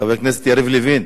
חבר הכנסת יריב לוין,